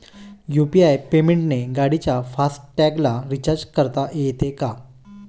UPI पेमेंटने गाडीच्या fast टॅगला रिर्चाज करता येते का?